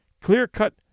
clear-cut